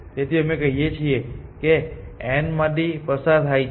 તેથી અમે કહીએ છીએ કે તે n માંથી પસાર થાય છે